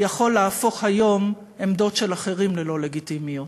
יכול להפוך היום עמדות של אחרים ללא-לגיטימיות.